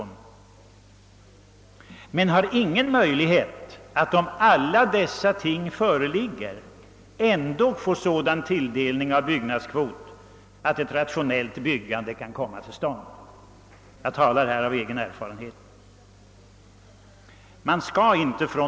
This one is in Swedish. Men kommunerna har ingen möjlighet — även om alla dessa ting föreligger — att få en sådan tilldelning av en byggnadskvot att ett rationellt byggande kan komma till stånd. Jag talar av egen erfarenhet.